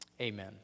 amen